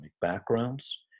backgrounds